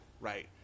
right